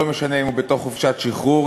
לא משנה אם הוא בתוך חופשת שחרור,